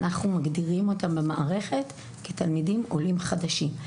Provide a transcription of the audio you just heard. אנחנו מגדירים אותם במערכת כתלמידים עולים חדשים.